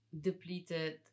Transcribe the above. depleted